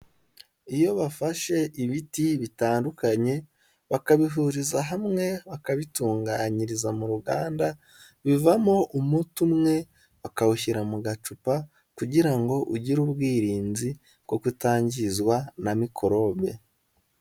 Iyo bafashe ibiti bitandukanye bakabihuriza hamwe bakabitunganyiriza mu ruganda bivamo umuti umwe, bakawushyira mu gacupa kugira ngo ugire ubwirinzi bwo kutangizwa na mikorobe.